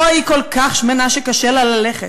אוי, היא כל כך שמנה שקשה לה ללכת.